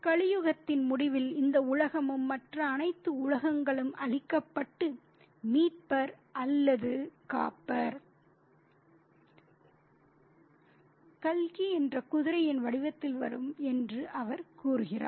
கலியுகத்தின் முடிவில் இந்த உலகமும் மற்ற அனைத்து உலகங்களும் அழிக்கப்பட்டு மீட்பர் அல்லது காப்பாற்றுபவர் கல்கி என்ற குதிரையின் வடிவத்தில் வரும் என்று அவர் கூறுகிறார்